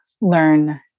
learn